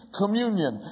communion